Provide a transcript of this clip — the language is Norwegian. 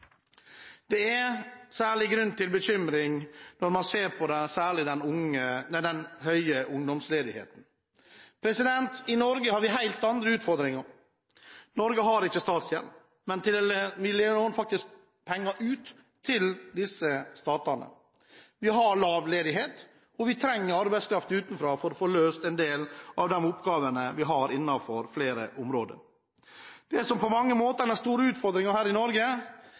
Det er særlig grunn til bekymring når man ser på den høye ungdomsledigheten. I Norge har vi helt andre utfordringer. Norge har ikke statsgjeld. Vi låner faktisk ut penger til disse statene. Vi har lav ledighet, og vi trenger arbeidskraft utenfra for å få løst en del av de oppgavene vi har innenfor flere områder. Det som på mange måter er den store utfordringen her i Norge,